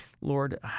Lord